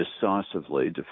decisively